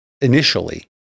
initially